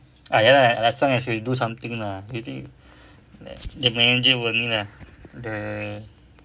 ah ya lah as long as you do something lah usually the manager will ni lah the